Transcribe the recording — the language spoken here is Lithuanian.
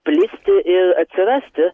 plisti ir atsirasti